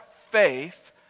faith